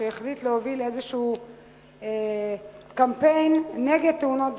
והחליט להוביל קמפיין נגד תאונות דרכים,